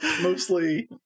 mostly